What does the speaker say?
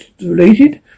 related